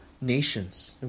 nations